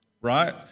right